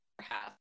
half